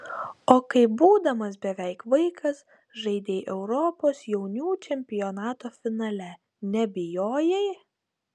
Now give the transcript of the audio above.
o kai būdamas beveik vaikas žaidei europos jaunių čempionato finale nebijojai